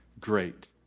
great